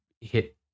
hit